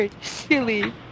Silly